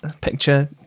picture